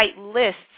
lists